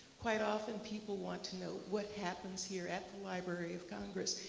quite often people want to know what happens here at the library of congress.